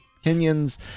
opinions